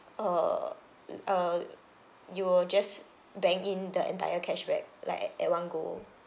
err uh you will just bank in the entire cashback like at one go